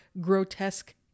grotesque